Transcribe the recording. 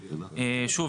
שוב,